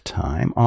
time